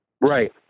Right